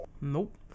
Nope